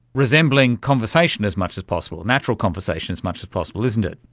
resembling conversation as much as possible, natural conversation as much as possible, isn't it.